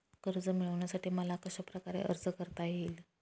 कर्ज मिळविण्यासाठी मला कशाप्रकारे अर्ज करता येईल?